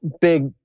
big